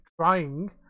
trying